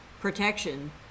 protection